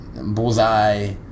Bullseye